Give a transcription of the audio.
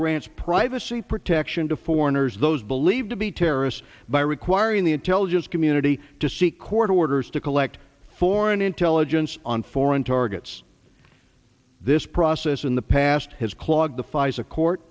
grants privacy protection to foreigners those believed to be terrorists by requiring the intelligence community to see court orders to collect foreign intelligence on foreign targets this process in the past has clogged the pfizer court